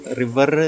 river